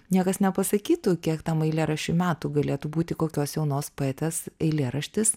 niekas nepasakytų kiek tam eilėraščiui metų galėtų būti kokios jaunos poetės eilėraštis